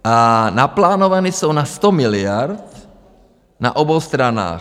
A naplánovány jsou na 100 miliard na obou stranách.